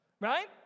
right